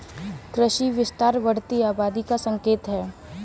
कृषि विस्तार बढ़ती आबादी का संकेत हैं